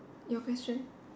your question